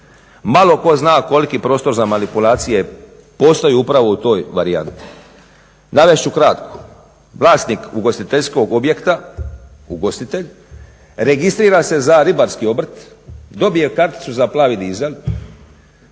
Malo tko zna koliki prostor za manipulacije postoji upravo u toj varijanti. Navest ću kratko. vlasnik ugostiteljskog objekta – ugostitelj registrira se za ribarski obrt, dobije karticu za plavi dizel,